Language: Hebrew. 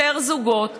יותר זוגות,